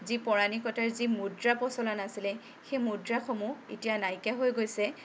যি পৌৰাণিকতাৰ যি মুদ্ৰা প্ৰচলন আছিলে সেই মুদ্ৰাসমূহ এতিয়া নাইকিয়া হৈ গৈছে